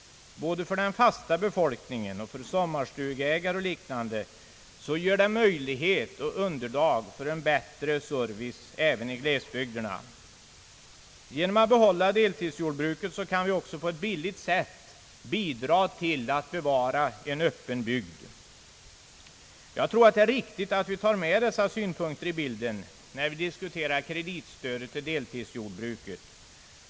Både för den fasta befolkningen och för sommarstugeägare ger detta möjlighet och underlag till en bättre service även i glesbygderna. Genom att behålla deltidsjordbruket kan vi också på ett billigt sätt bidra till att bevara en öppen bygd. Jag tror att det är riktigt att vi tar med dessa synpunkter i bilden, när vi diskuterar frågan om kreditstöd till deltidsjordbruket.